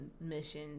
mission